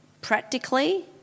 practically